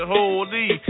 Holy